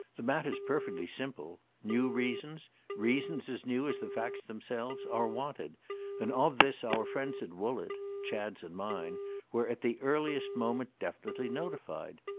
the matter's perfectly simple. new reasons reasons as new as the facts themselves are wanted and of this our friends at woollett chad's and mine were at the earliest moment definitely notified.